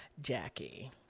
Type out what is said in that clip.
Jackie